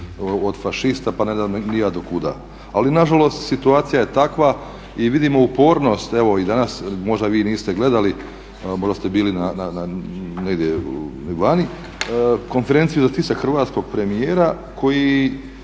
od fašista pa ne znam ni ja do kuda. Ali nažalost situacija je takva i vidimo upornost evo i danas, možda vi niste gledali možda ste bili negdje vani, konferenciju za tisak hrvatskog premijera koji